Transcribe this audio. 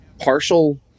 partial